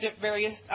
various